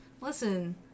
listen